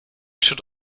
should